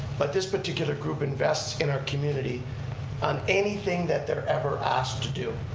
but this particular group invests in our community on anything that they're ever asked to do.